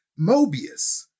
Mobius